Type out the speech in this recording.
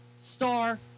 star